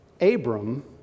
Abram